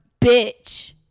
bitch